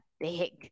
big